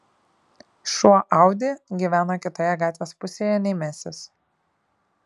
šuo audi gyvena kitoje gatvės pusėje nei mesis